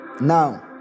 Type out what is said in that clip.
now